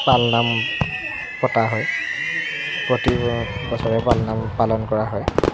পাল নাম পতা হয় প্ৰতি বছৰে পাল নাম পালন কৰা হয়